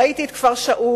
ראיתי את "כפר שאול",